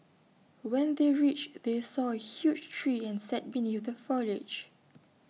when they reached they saw A huge tree and sat beneath the foliage